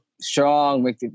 strong